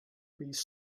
please